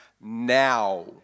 now